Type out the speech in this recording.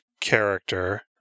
character